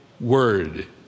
word